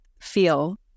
feel